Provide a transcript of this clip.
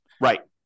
Right